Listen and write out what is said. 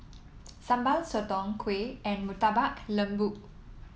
Sambal Sotong Kuih and Murtabak Lembu